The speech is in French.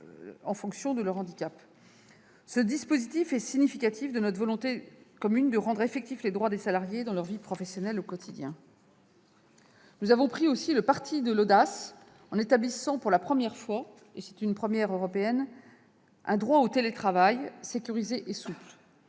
ce code sera adapté. Ce dispositif est significatif de notre volonté commune de rendre effectifs les droits des salariés dans leur vie professionnelle au quotidien. Nous avons aussi pris le parti de l'audace, en établissant, c'est une première en Europe, un droit au télétravail sécurisé et souple.